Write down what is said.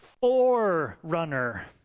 forerunner